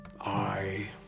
I